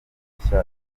nshya